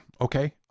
Okay